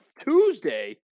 Tuesday